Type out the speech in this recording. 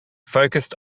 focused